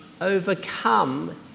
overcome